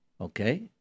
Okay